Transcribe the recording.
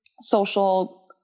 social